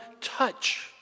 touch